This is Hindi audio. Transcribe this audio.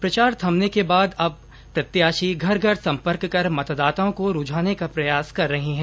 प्रचार थमने के बाद अब प्रत्याशी घर घर संपर्क कर मतदाताओं को रूझाने का प्रयास कर रहे हैं